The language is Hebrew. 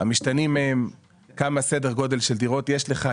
המשתנים הם כמה סדר גודל של דירות יש לך,